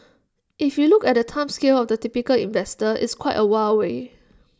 if you look at the time scale of the typical investor it's quite A while away